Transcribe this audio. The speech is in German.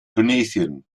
tunesien